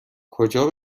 کجا